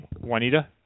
Juanita